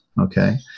okay